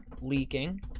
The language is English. leaking